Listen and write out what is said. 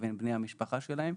לבין בני המשפחה שלהם,